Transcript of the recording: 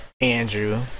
Andrew